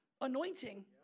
anointing